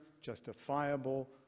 justifiable